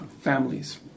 families